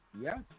yes